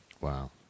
Wow